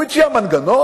הוא הציע מנגנון